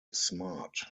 smart